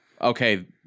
okay